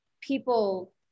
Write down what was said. people